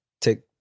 take